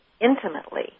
intimately